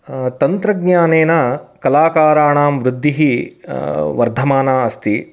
तन्त्रज्ञानेन कलाकाराणां वृद्धिः वर्धमाना अस्ति